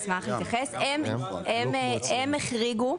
הם החריגו.